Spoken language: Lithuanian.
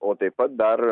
o taip pat dar